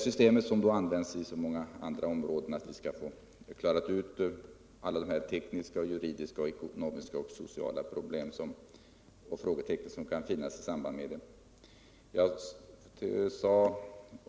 Systemet har dock använts inom så många andra länder att vi med denna genomgång borde kunna klara ut alla tekniska, juridiska, ekonomiska och sociala problem och frågetecken som kan förekomma i samband med systemet.